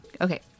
Okay